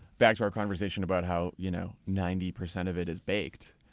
back to our conversation about how you know ninety percent of it is baked,